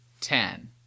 ten